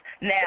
Now